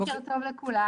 בוקר טוב לכולם.